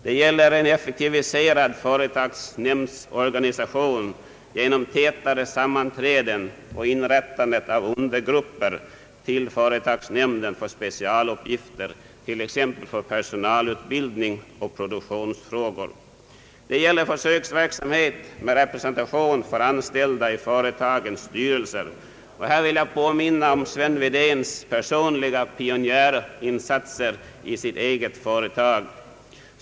Det gäller en effektiviserad företagsnämndsorganisation genom tätare sammanträden och inrättande av undergrupper till företagsnämnden för specialuppgifter, t.ex. för personalutbildning och produktionsfrågor. Det gäller försöksverksamhet med representation för de anställda i företagens sty relser. Här vill jag påminna om Sven Wedéns personliga pionjärinsatser i sitt eget företag.